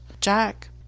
Jack